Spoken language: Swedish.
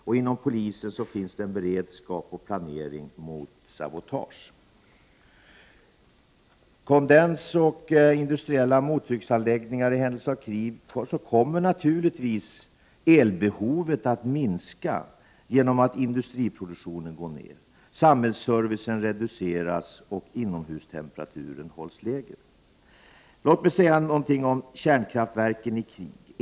Och inom polisen finns det en beredskap och planering mot sabotage. När det gäller kondensanläggningar och industriella mottrycksanläggningar så kommer i händelse av krig naturligtvis elbehovet att minska genom att industriproduktionen går ned. Samhällsservicen reduceras, och inomhustemperaturen hålls på en lägre nivå. Låt mig säga något om kärnkraftverken i krig.